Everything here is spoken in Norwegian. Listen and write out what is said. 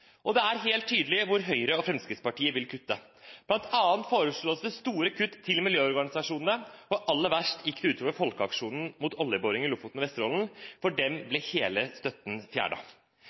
imot. Det er helt tydelig hvor Høyre og Fremskrittspartiet vil kutte. Blant annet foreslås det store kutt til miljøorganisasjonene, og aller verst gikk det ut over folkeaksjonen mot oljeboring i Lofoten og Vesterålen – for dem ble hele støtten